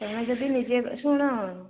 ତୁମେ ଯଦି ନିଜେ ଶୁଣ